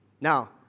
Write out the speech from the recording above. Now